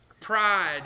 Pride